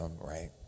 right